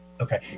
Okay